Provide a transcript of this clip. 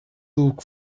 look